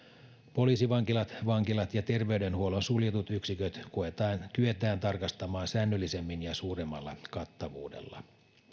poliisivankilat vankilat ja terveydenhuollon suljetut yksiköt kyetään tarkastamaan säännöllisemmin ja suuremmalla kattavuudella